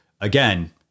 again